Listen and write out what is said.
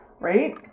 right